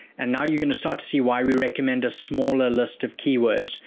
and now, you're going to start to see why we recommend a smaller list of keywords.